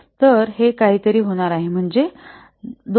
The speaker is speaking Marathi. तर तर हे असे काहीतरी होणार आहे जे 2